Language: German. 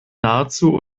nahezu